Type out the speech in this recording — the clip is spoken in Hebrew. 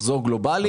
מחזור גלובאלי.